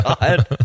God